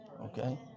Okay